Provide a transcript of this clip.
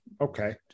Okay